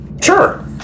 Sure